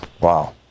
Wow